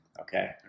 Okay